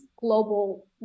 global